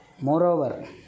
Moreover